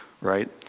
right